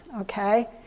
okay